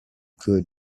could